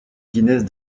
guinness